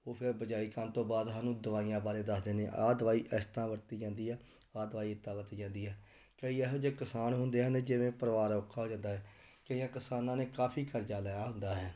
ਉਹ ਫਿਰ ਬਿਜਾਈ ਕਰਨ ਤੋਂ ਬਾਅਦ ਸਾਨੂੰ ਦਵਾਈਆਂ ਬਾਰੇ ਦੱਸ ਦਿੰਦੇ ਆ ਆਹ ਦਵਾਈ ਇਸ ਤਰ੍ਹਾਂ ਵਰਤੀ ਜਾਂਦੀ ਆ ਆਹ ਦਵਾਈ ਇਸ ਤਰ੍ਹਾਂ ਵਰਤੀ ਜਾਂਦੀ ਆ ਕਈ ਇਹੋ ਜਿਹੇ ਕਿਸਾਨ ਹੁੰਦੇ ਹਨ ਜਿਵੇਂ ਪਰਿਵਾਰ ਔਖਾ ਹੋ ਜਾਂਦਾ ਹੈ ਕਈਆਂ ਕਿਸਾਨਾਂ ਨੇ ਕਾਫ਼ੀ ਕਰਜ਼ਾ ਲਿਆ ਹੁੰਦਾ ਹੈ